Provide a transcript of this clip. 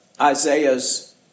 Isaiah's